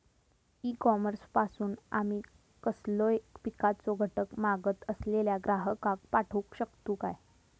E commerce पासून आमी कसलोय पिकाचो घटक मागत असलेल्या ग्राहकाक पाठउक शकतू काय?